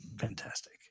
fantastic